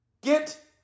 Get